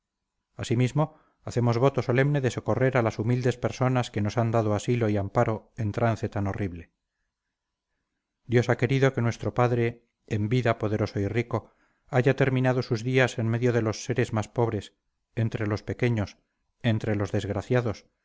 asimismo hacemos voto solemne de socorrer a las humildes personas que nos han dado asilo y amparo en trance tan horrible dios ha querido que nuestro padre en vida poderoso y rico haya terminado sus días en medio de los seres más pobres entre los pequeños entre los desgraciados